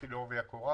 נכנסתי לעובי הקורה